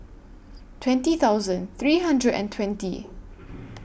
twenty thousand three hundred and twenty